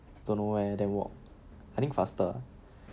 to and then walk